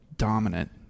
dominant